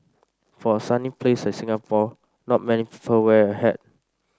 for a sunny place like Singapore not many people wear a hat